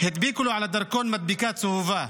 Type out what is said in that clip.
הדביקו לו על הדרכון מדבקה צהובה.